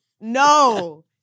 No